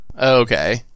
Okay